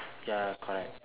ya correct